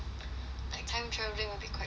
like time travelling will be quite cool